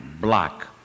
block